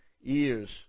years